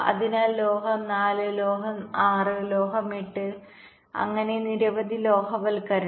അതിനാൽ ലോഹം 4 ലോഹം 6 ലോഹം 8 അങ്ങനെ നിരവധി ലോഹവൽക്കരണം